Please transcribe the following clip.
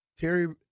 Terry